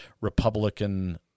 Republican